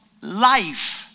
life